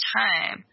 time